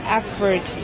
effort